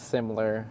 Similar